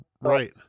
right